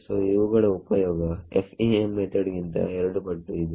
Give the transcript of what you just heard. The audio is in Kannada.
ಸೋ ಇವುಗಳ ಉಪಯೋಗ FEM ಮೆಥಡ್ ಗಿಂತ ಎರಡು ಪಟ್ಟು ಇದೆ